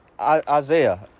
Isaiah